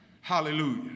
Hallelujah